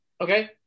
Okay